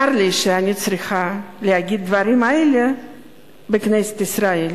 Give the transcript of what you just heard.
צר לי שאני צריכה להגיד את הדברים האלה בכנסת ישראל,